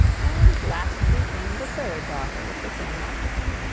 and lastly came the third daughter with the same object.